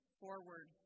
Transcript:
forward